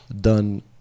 done